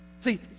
See